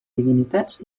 divinitats